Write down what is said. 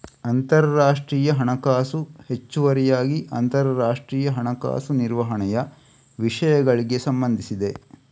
ಅಂತರರಾಷ್ಟ್ರೀಯ ಹಣಕಾಸು ಹೆಚ್ಚುವರಿಯಾಗಿ ಅಂತರರಾಷ್ಟ್ರೀಯ ಹಣಕಾಸು ನಿರ್ವಹಣೆಯ ವಿಷಯಗಳಿಗೆ ಸಂಬಂಧಿಸಿದೆ